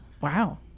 Wow